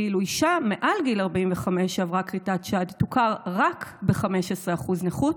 ואילו אישה מעל גיל 45 שעברה כריתת שד תוכר רק ב-15% נכות,